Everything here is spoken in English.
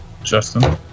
Justin